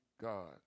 God